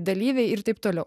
dalyviai ir taip toliau